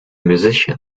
musician